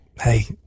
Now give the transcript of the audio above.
hey